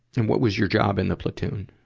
and what was your job in the platoon?